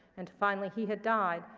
and finally, he had died,